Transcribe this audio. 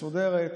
מסודרת.